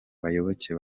bayoboke